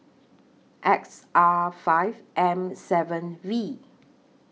X R five M seven V